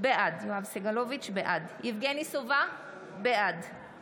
בעד יבגני סובה, בעד